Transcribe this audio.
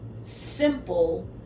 simple